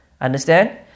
Understand